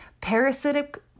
parasitic